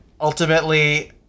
ultimately